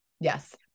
yes